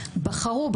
בחרו.